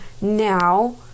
Now